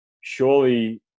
Surely